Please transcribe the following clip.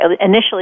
initially